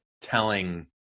telling